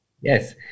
Yes